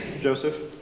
Joseph